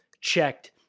checked